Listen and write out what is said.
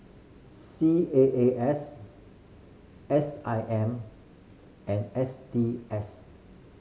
C A A S S I M and S T S